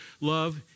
love